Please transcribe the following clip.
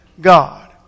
God